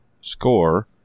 score